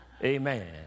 Amen